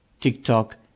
TikTok